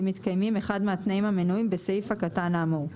מתקיימים אחד מהתנאים המנויים בסעיף הקטן האמור,